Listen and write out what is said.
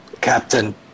Captain